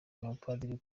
umupadiri